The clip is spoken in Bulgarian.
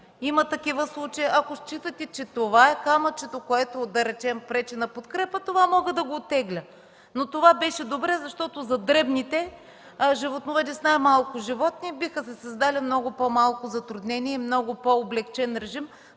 Има такива случаи. Ако считате, че това е камъчето, което пречи за подкрепата, мога да го оттегля. Но това беше добре, защото за дребните животновъди с най-малко животни биха се създали много по-малко затруднения и по-облекчен режим